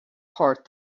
heart